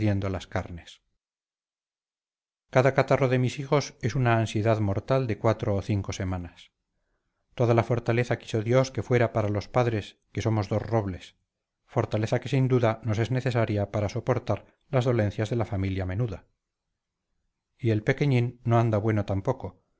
las carnes cada catarro de mis hijos es una ansiedad mortal de cuatro o cinco semanas toda la fortaleza quiso dios que fuera para los padres que somos dos robles fortaleza que sin duda nos es necesaria para soportar las dolencias de la familia menuda y el pequeñín no anda bueno tampoco